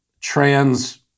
trans